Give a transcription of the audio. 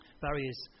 Barriers